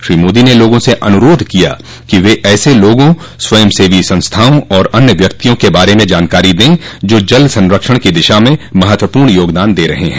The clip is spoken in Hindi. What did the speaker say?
श्री मोदी ने लोगों से अन्ररोध किया कि वे ऐसे लोगों स्वंयसेवी संस्थाओं और अन्य व्यक्तियों के बारे में जानकारी दें जो जल संरक्षण की दिशा में महत्वपूर्ण योगदान दे रहे हैं